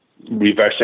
reverse